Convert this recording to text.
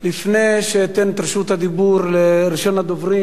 לפני שאתן את רשות הדיבור לראשון הדוברים,